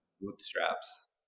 bootstraps